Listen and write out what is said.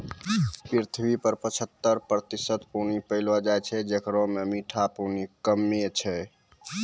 पृथ्वी पर पचहत्तर प्रतिशत पानी पैलो जाय छै, जेकरा म मीठा पानी कम्मे छै